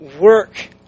work